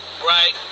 Right